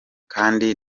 kandi